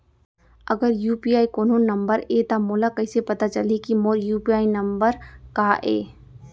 अगर यू.पी.आई कोनो नंबर ये त मोला कइसे पता चलही कि मोर यू.पी.आई नंबर का ये?